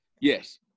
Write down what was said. yes